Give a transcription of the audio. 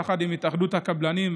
יחד עם התאחדות הקבלנים,